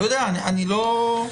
אני לא יודע,